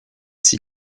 six